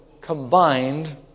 combined